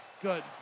Good